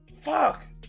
Fuck